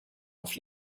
auf